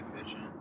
efficient